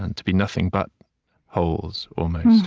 and to be nothing but holes, almost,